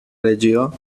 legió